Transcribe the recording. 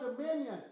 dominion